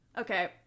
Okay